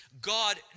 God